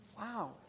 Wow